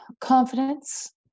confidence